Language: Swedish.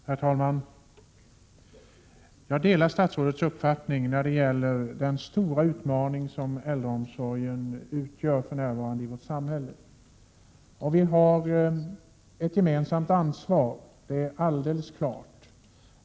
Herr talman! Jag delar statsrådets uppfattning när det gäller den stora utmaning som äldreomsorgen utgör för närvarande i vårt samhälle. Vi har ett gemensamt ansvar, det är alldeles klart.